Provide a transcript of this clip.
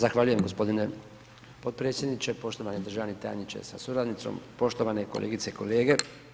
Zahvaljujem g. potpredsjedniče, poštovani državni tajniče sa suradnicom, poštovane kolegice i kolege.